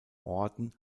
orden